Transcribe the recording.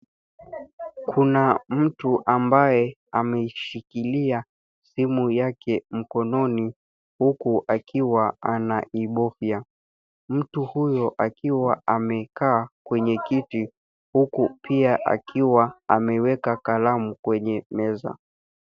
Kuna mtu ambaye ameishikilia simu yake mkononi huku akiwa anaibofya. Mtu huyo akiwa amekaa kwenye kiti, huku pia, akiwa ameweka kalamu kwenye meza.